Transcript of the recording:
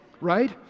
right